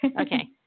Okay